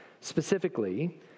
specifically